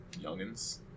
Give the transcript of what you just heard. Youngins